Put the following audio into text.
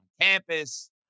campus